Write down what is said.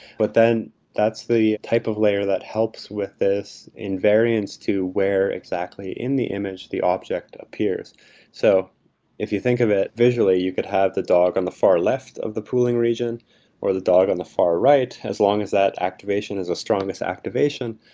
but then that's the type of layer that helps with this in variance to where exactly in the image the object appears so if you think of it visually you could have the dog on the far left of the pooling region or the dog on the far right as long as that activation is the strongest activation.